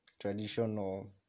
traditional